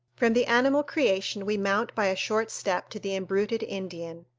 from the animal creation we mount by a short step to the imbruted indian.